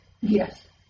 Yes